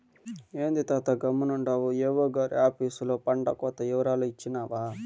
ఏంది తాతా గమ్మునుండావు ఏవో గారి ఆపీసులో పంటకోత ఇవరాలు ఇచ్చినావా